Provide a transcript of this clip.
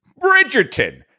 Bridgerton